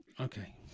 Okay